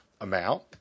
amount